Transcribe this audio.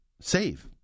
Save